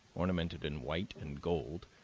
ornamented in white and gold,